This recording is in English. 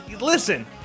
Listen